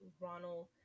Ronald